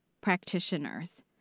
practitioners